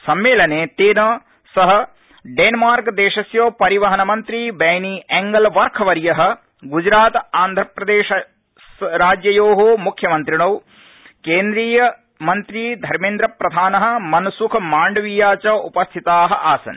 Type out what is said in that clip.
सम्मेलने तेन सह डेनमार्क देशस्य परिवहन मन्त्री बैनी एंगलबर्खवर्य गुजरात आन्ध्रप्रदेश राज्ययो मुख्यमन्त्रिणौ केन्द्रीय मन्त्री धर्मेन्द्र प्रधान मन्सुख मांडविया च उपस्थिता आसन्